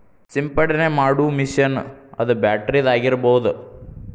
ಸಿಂಪಡನೆ ಮಾಡು ಮಿಷನ್ ಅದ ಬ್ಯಾಟರಿದ ಆಗಿರಬಹುದ